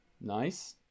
Nice